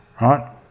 Right